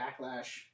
Backlash